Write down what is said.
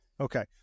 Okay